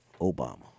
Obama